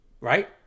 right